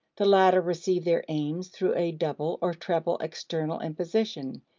the latter receive their aims through a double or treble external imposition,